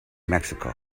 mexico